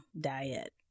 diet